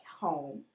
home